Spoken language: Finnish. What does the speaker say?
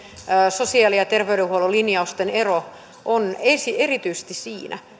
sosiaali ja terveydenhuollon linjausten ero on erityisesti siinä